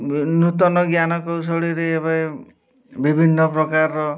ନୂତନ ଜ୍ଞାନ କୌଶଳୀରେ ଏବେ ବିଭିନ୍ନ ପ୍ରକାରର